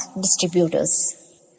distributors